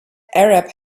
arab